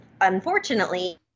unfortunately